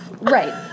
Right